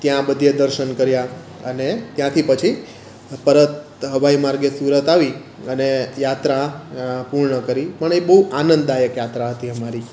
ત્યાં બધે દર્શન કર્યા અને ત્યાંથી પછી પરત હવાઈ માર્ગે સુરત આવી અને યાત્રા પૂર્ણ કરી પણ એ બહુ આનંદાયક યાત્રા હતી અમારી